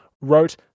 wrote